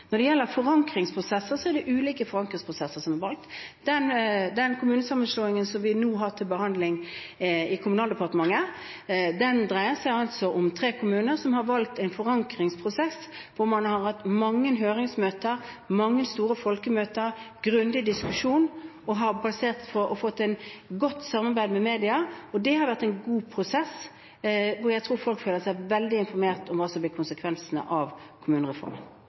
Når det gjelder forankringsprosesser, er det valgt ulike forankringsprosesser. Den kommunesammenslåingen vi nå har til behandling i Kommunal- og moderniseringsdepartementet, dreier seg om tre kommuner som har valgt en forankringsprosess, hvor man har hatt mange høringsmøter, mange store folkemøter, grundig diskusjon, og hvor man har hatt et godt samarbeid med media. Det har vært en god prosess, som gjør at jeg tror at folk føler seg veldig godt informert om hva som blir konsekvensene av kommunereformen.